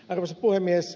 arvoisa puhemies